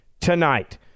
tonight